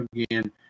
again